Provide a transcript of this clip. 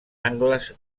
angles